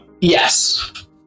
Yes